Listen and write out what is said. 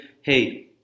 hey